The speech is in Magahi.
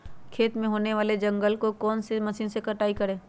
खेत में होने वाले जंगल को कौन से मशीन से कटाई करें?